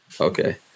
Okay